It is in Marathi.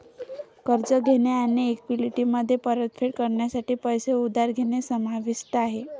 कर्ज घेणे आणि इक्विटीमध्ये परतफेड करण्यासाठी पैसे उधार घेणे समाविष्ट आहे